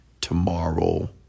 tomorrow